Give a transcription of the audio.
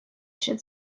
should